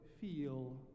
feel